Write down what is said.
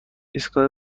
ایستگاه